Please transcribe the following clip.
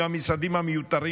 עם המשרדים המיותרים,